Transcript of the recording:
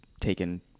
Taken